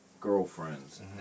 Girlfriends